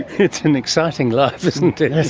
it's an exciting life, isn't it.